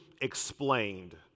explained